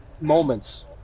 moments